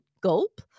Gulp